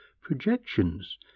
projections